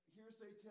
Hearsay